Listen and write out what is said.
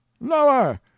lower